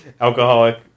Alcoholic